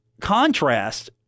Contrast